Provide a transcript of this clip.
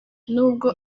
n’ubwo